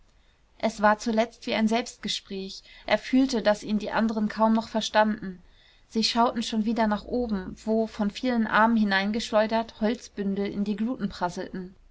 es war zuletzt wie ein selbstgespräch er fühlte daß ihn die anderen kaum noch verstanden sie schauten schon wieder nach oben wo von vielen armen hineingeschleudert holzbündel in die gluten prasselten